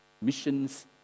Missions